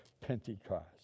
Pentecost